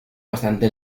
bastante